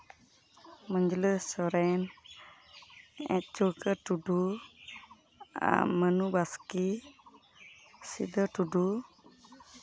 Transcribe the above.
ᱢᱟᱹᱡᱽᱞᱟᱹ ᱥᱚᱨᱮᱱ ᱪᱩᱲᱠᱟᱹ ᱴᱩᱰᱩ ᱢᱟᱹᱱᱩ ᱵᱟᱥᱠᱮ ᱥᱤᱫᱟᱹ ᱴᱩᱰᱩ